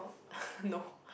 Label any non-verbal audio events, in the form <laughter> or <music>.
<laughs> no